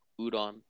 Udon